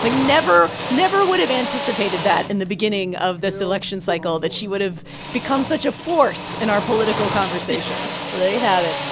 like, never never would have anticipated that in the beginning of this election cycle that she would have become such a force in our political conversation well, there you have it.